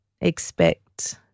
expect